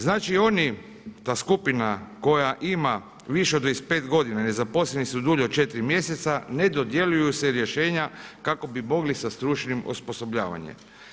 Znači oni, ta skupina koja ima više od 25 godina, nezaposleni su dulje od 4 mjeseca ne dodjeljuju se rješenja kako bi mogli sa stručnim osposobljavanjem.